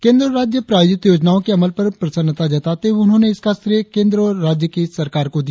केंद्र और राज्य प्रायोजित योजनाओ के अमल पर प्रसन्नता जताते हुए उन्होंने इसका श्रेय केंद्र और राज्य के नेतृत्व को दिया